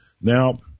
Now